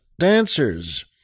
Dancers